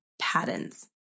Patterns